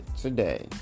today